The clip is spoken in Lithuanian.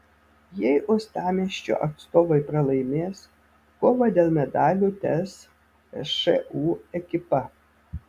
jei uostamiesčio atstovai pralaimės kovą dėl medalių tęs šu ekipa